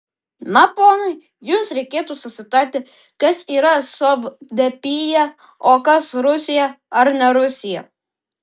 na ponai jums reikėtų susitarti kas yra sovdepija o kas rusija ar ne rusija